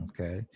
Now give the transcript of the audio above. Okay